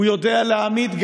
הוא יודע להעמיד,